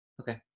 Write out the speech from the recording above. Okay